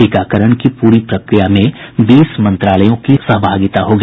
टीकाकरण की पूरी प्रक्रिया में बीस मंत्रालयों की सहभागिता होगी